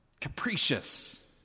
capricious